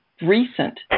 recent